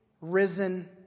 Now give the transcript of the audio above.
risen